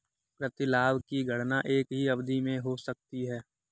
प्रतिलाभ की गणना एक ही अवधि में हो सकती है